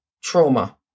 trauma